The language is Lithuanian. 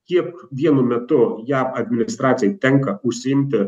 kiek vienu metu jav administracijai tenka užsiimti